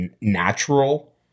natural